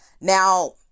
Now